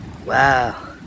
Wow